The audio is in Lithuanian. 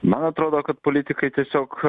man atrodo kad politikai tiesiog